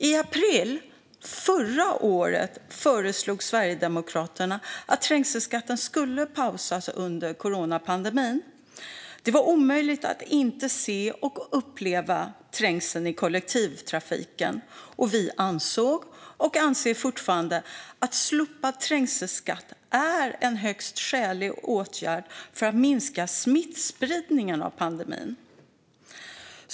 I april förra året föreslog Sverigedemokraterna att trängselskatten skulle pausas under coronapandemin. Det var omöjligt att inte se och uppleva trängseln i kollektivtrafiken, och vi ansåg, och anser fortfarande, att slopad trängselskatt är en högst skälig åtgärd för att minska smittspridningen under pandemin.